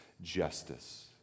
justice